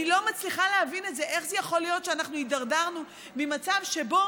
אני לא מצליחה להבין את זה: איך יכול להיות שהידרדרנו ממצב שבו